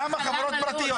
למה חברות פרטיות?